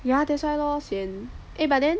ya that's why loh sian eh but then